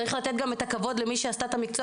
צריך לתת גם את הכבוד למי שלמדה את המקצוע